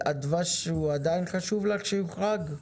עדיין חשוב לך שהדבש יוחרג?